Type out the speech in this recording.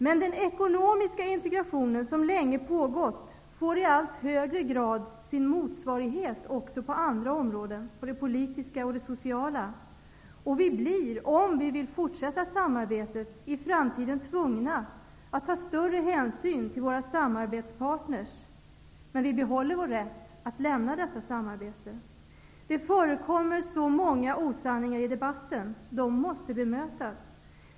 Men den ekonomiska integrationen, som har pågått får i allt högre grad sin motsvarighet också på andra områden, på de politiska och sociala områdena. Vi blir, om vi vill fortsätta samarbetet, i framtiden tvungna att ta större hänsyn till våra samarbetspartner. Men vi behåller vår rätt att lämna detta samarbete. Det förekommer så många osanningar i debatten. De måste bemötas.